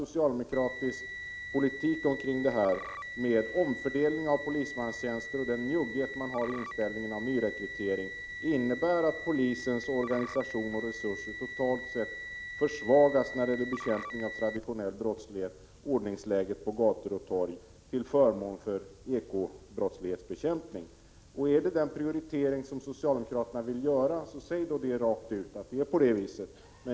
Socialdemokratisk politik, med omfördelning av polismanstjänster och njugghet i inställningen till nyrekrytering, innebär att polisens organisation och resurser totalt sett försvagas när det gäller bekämpningen av traditionell brottslighet och ordningshållandet på gator och torg till förmån för ekobrottsbekämpning. Är det den prioriteringen socialdemokraterna vill göra, så säg det rakt ut!